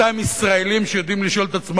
אותם ישראלים שיודעים לשאול את עצמם